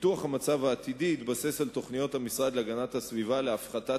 ניתוח המצב העתידי התבסס על תוכניות המשרד להגנת הסביבה להפחתת